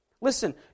Listen